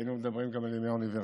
היינו מדברים גם על ימי האוניברסיטה.